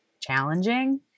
challenging